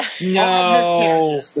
No